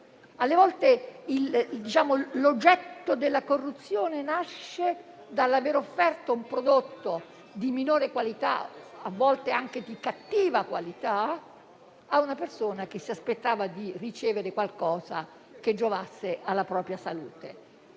Alle volte l'oggetto della corruzione nasce dall'aver offerto un prodotto di minore qualità, a volte anche di cattiva qualità, a una persona che si aspettava di ricevere qualcosa che giovasse alla propria salute.